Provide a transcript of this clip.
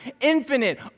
infinite